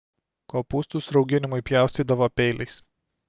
kopūstus rauginimui pjaustydavo peiliais